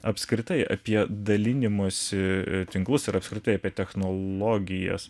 apskritai apie dalinimosi tinklus ir apskritai apie technologijas